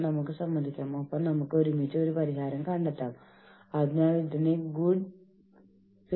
നമുക്ക് അവരെ അവിടെ വേണോ വേണ്ടേ നമുക്ക് അവരെ വേണമെങ്കിൽ അവരിൽ നിന്ന് എത്ര ഇൻപുട്ട് വേണം